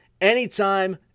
anytime